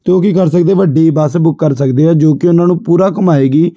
ਅਤੇ ਉਹ ਕੀ ਕਰ ਸਕਦੇ ਵੱਡੀ ਬੱਸ ਬੁੱਕ ਕਰ ਸਕਦੇ ਆ ਜੋ ਕਿ ਉਹਨਾਂ ਨੂੰ ਪੂਰਾ ਘੁੰਮਾਏਗੀ